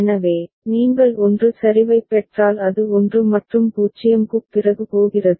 எனவே நீங்கள் 1 சரிவைப் பெற்றால் அது 1 மற்றும் 0 க்குப் பிறகு போகிறது